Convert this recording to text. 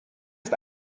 ist